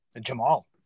Jamal